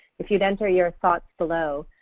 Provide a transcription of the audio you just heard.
if you'd enter your thoughts below,